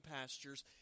pastures